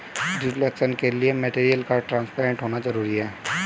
reflection के लिए material का ट्रांसपेरेंट होना जरूरी है